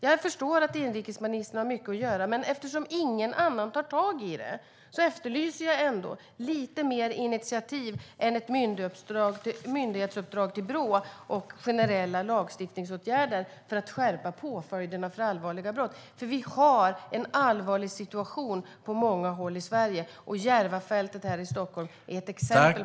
Jag förstår att inrikesministern har mycket att göra, men eftersom ingen annan tar tag i problemen efterlyser jag ändå lite mer initiativ än ett myndighetsuppdrag till Brå och generella lagstiftningsåtgärder för att skärpa påföljderna för allvarliga brott. Det råder en allvarlig situation på många håll i Sverige. Järvafältet i Stockholm är ett exempel.